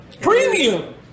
Premium